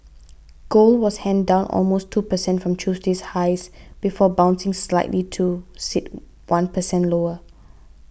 gold was high down almost two percent from Tuesday's highs before bouncing slightly to sit one percent lower